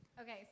Okay